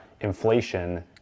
inflation